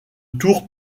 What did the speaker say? tour